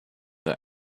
the